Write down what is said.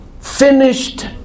finished